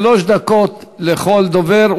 שלוש דקות לכל דובר.